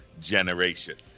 generation